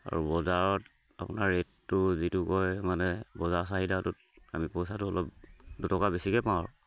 আৰু বজাৰত আপোনাৰ ৰেটটো যিটো কয় মানে বজাৰ চাহিদাটোত আমি পইচাটো অলপ দুটকা বেছিকে পাওঁ আৰু